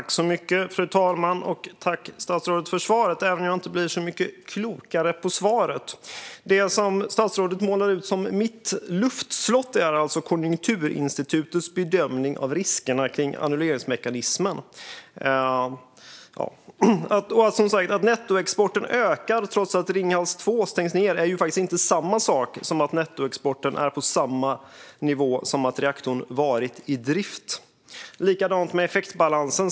Fru talman! Jag tackar statsrådet för svaret, även om jag inte blir så mycket klokare av det. Det som statsrådet målar ut som mitt luftslott är alltså Konjunkturinstitutets bedömning av riskerna med annulleringsmekanismen. Att nettoexporten ökar trots att Ringhals 2 stängs ned är inte samma sak som att nettoexporten är på samma nivå som om reaktorn varit i drift. Det är likadant med effektbalansen.